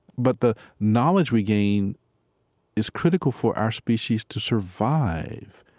but the knowledge we gain is critical for our species to survive.